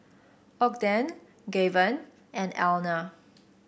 Ogden Gaven and Elna